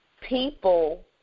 people